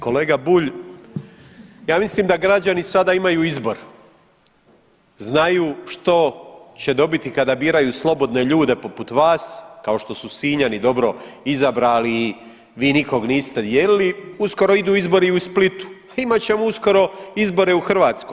Kolega Bulj, ja mislim da građani sada imaju izbor, znaju što će dobiti kada biraju slobodne ljude poput vas, kao što su Sinjani dobro izabrali i vi nikog niste dijelili, uskoro idu izbori i u Splitu, a imat ćemo uskoro izbore u Hrvatskoj.